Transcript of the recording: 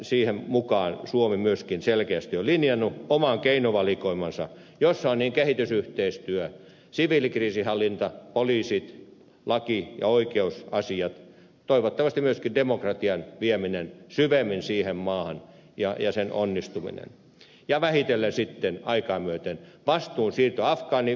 siihen mukaan suomi myöskin selkeästi on linjannut oman keinovalikoimansa jossa on niin kehitysyhteistyö siviilikriisinhallinta poliisit laki ja oikeusasiat toivottavasti myöskin demokratian vieminen syvemmin siihen maahan ja sen onnistuminen vähitellen sitten aikaa myöten vastuun siirto afgaaniviranomaisille